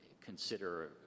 consider